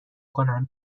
کنم